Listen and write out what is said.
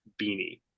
beanie